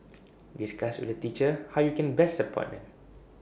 discuss with the teacher how you can best support him